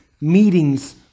meetings